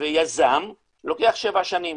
ויזם לוקח שבע שנים.